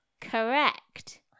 Correct